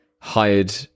hired